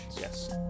Yes